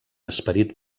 esperit